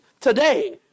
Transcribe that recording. today